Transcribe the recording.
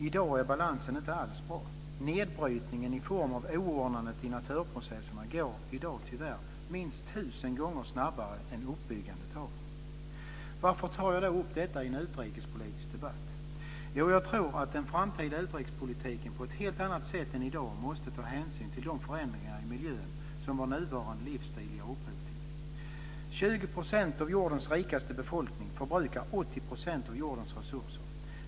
I dag är balansen inte alls bra. Nedbrytningen i form av oordnandet i naturprocesserna går i dag tyvärr minst tusen gånger snabbare än uppbyggandet. Varför tar jag då upp detta i en utrikespolitisk debatt? Jo, jag tror att den framtida utrikespolitiken på ett helt annat sätt än i dag måste ta hänsyn till de förändringar i miljön som vår nuvarande livsstil ger upphov till. 20 % av jordens rikaste befolkning förbrukar 80 % av jordens resurser.